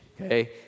okay